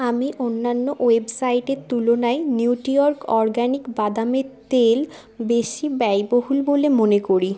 আমি অন্যান্য ওয়েবসাইটের তুলনায় নিউট্রিঅর্গ অর্গ্যানিক বাদামের তেল বেশি ব্যয়বহুল বলে মনে করি